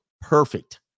perfect